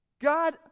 God